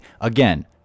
again